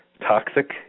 Toxic